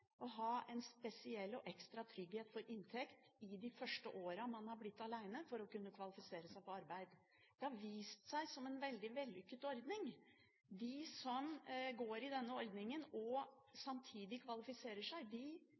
å ha en spesiell og ekstra trygghet for inntekt i de første årene man har blitt alene, for å kunne kvalifisere seg for arbeid. Det har vist seg som en veldig vellykket ordning. De som går i denne ordningen og samtidig kvalifiserer seg,